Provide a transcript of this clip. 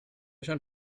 schon